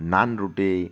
নান রুটি